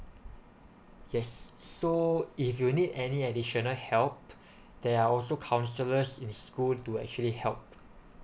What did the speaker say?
yes so if you need any additional help there are also counsellors in school to actually help